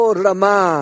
rama